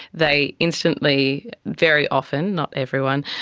they instantly very often, not everyone,